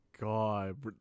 god